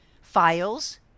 files